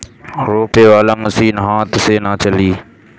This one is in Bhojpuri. रोपे वाला मशीन हाथ से ना चली